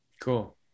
Cool